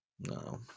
no